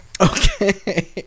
okay